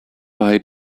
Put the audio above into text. bei